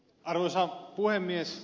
arvoisa puhemies